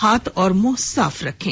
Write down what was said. हाथ और मुंह साफ रखें